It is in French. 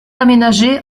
aménagé